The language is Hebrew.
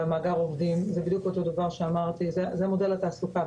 ומאגר העובדים זה מודל התעסוקה.